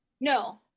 No